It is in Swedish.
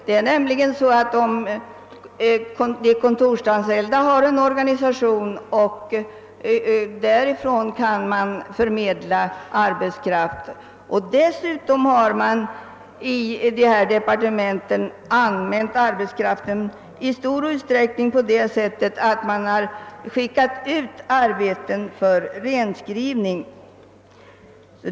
De kontorsanställda har en organisation som förmediar arbetskraft. Dessutom har departementen i stor utsträckning använt sig av denna arbetskraft genom att man skickat ut arbeten för renskrivning.